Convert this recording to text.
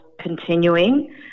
continuing